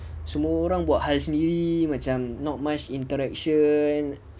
semua orang buat hal sendiri macam not much interaction